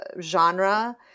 genre